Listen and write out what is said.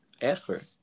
Effort